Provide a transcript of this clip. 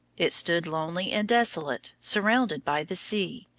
it stood lonely and desolate, surrounded by the sea,